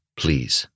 please